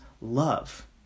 love